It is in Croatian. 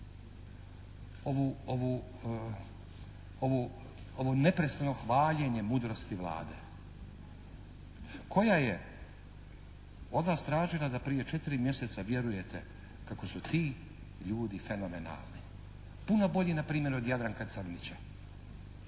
ovo neprestano hvaljenje mudrosti Vlade koja je od nas tražila da prije četiri mjeseca vjerujete kako su ti ljudi fenomenalni, puno bolji na primjer od Jadranka Crnića